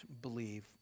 believe